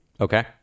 Okay